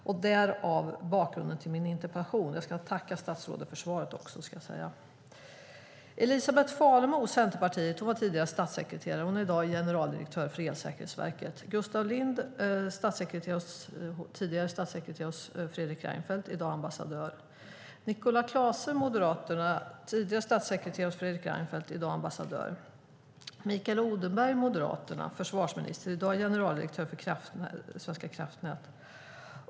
Detta är alltså bakgrunden till min interpellation. Jag ska också tacka statsrådet för svaret. Elisabet Falemo, Centerpartiet, var tidigare statssekreterare och är i dag generaldirektör för Elsäkerhetsverket. Gustaf Lind var tidigare statssekreterare hos Fredrik Reinfeldt och är i dag ambassadör. Nicola Clase, Moderaterna, var tidigare statssekreterare hos Fredrik Reinfeldt och är i dag ambassadör. Mikael Odenberg, Moderaterna, var tidigare försvarsminister och är i dag generaldirektör för Svenska kraftnät.